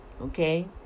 Okay